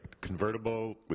Convertible